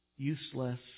useless